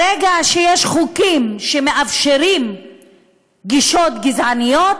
ברגע שיש חוקים שמאפשרים גישות גזעניות,